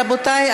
רבותי,